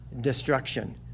destruction